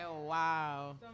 Wow